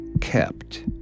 kept